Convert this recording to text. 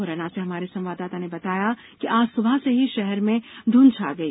मुरैना से हमारे संवाददाता ने बताया है कि आज सुबह से ही शहर में धूंध छा गई